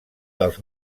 dels